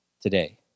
today